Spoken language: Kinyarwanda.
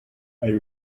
ari